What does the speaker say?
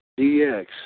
DX